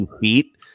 feet